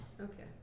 Okay